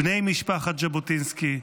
בני משפחת ז'בוטינסקי,